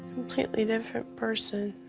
completely different person.